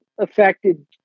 affected